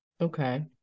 Okay